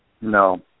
No